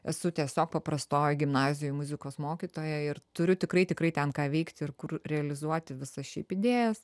esu tiesiog paprastoj gimnazijoj muzikos mokytoja ir turiu tikrai tikrai ten ką veikti ir kur realizuoti visas šiaip idėjas